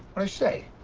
i say?